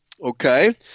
Okay